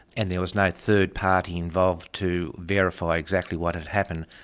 and there was no third party involved to verify exactly what had happened.